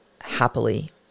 happily